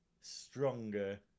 stronger